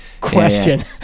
question